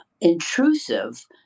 intrusive